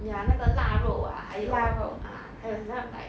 ya 那个腊肉 ah ah 还有很像 like